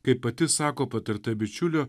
kaip pati sako patarta bičiulio